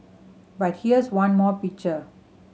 but here's one more picture